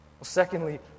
Secondly